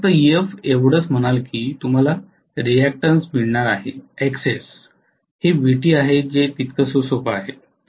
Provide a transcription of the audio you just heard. तुम्ही फक्त Ef एवढंच म्हणाल की तुम्हाला रिअक्टन्स मिळणार आहे Xs हे Vt आहे जे तितकंसोपं आहे